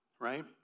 right